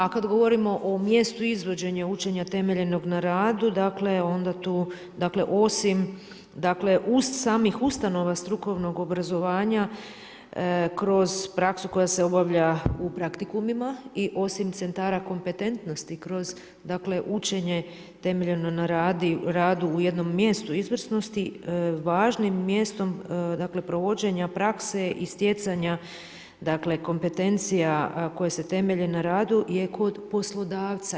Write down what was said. A kad govorimo o mjestu izvođenja učenja temeljenog na radu, dakle onda tu dakle osim dakle osim samih ustanova strukovnog obrazovanja kroz praksu koja se obavlja u praktikumima i osim centara kompetentnosti kroz, dakle učenje temeljeno na radu u jednom mjestu izvrsnosti važnim mjestom dakle provođenja prakse i stjecanja dakle kompetencija koje se temelje na radu je kod poslodavca.